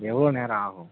எவ்வளோ நேரம் ஆகும்